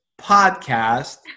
podcast